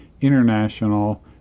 International